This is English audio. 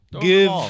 Give